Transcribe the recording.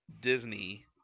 disney